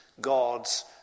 God's